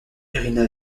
irina